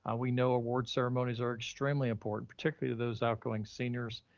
ah we know award ceremonies are extremely important, particularly to those outgoing seniors.